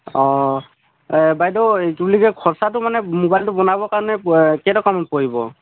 অ এ বাইদেউ এই কি বুলি কয় মানে মোবাইলটো বনাবৰ কাৰণে কেইটকামান পৰিব